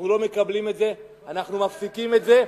אנחנו לא מקבלים את זה, אנחנו מפסיקים את זה,